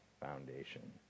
foundation